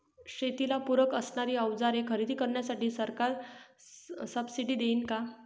शेतीला पूरक असणारी अवजारे खरेदी करण्यासाठी सरकार सब्सिडी देईन का?